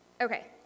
okay